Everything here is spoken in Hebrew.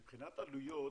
מבחינת עלויות